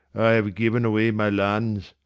i have given away my lands.